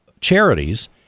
charities